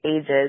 ages